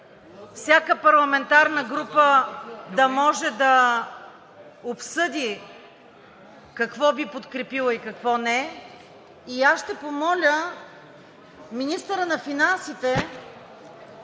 всяка парламентарна група да може да обсъди какво би подкрепила и какво не. Ще помоля министъра на финансите